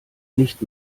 nicht